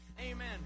amen